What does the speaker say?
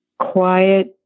quiet